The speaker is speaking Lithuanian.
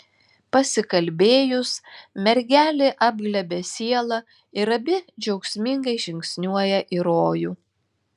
pasikalbėjus mergelė apglėbia sielą ir abi džiaugsmingai žingsniuoja į rojų